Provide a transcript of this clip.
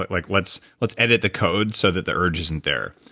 but like let's let's edit the code, so that the urge isn't there,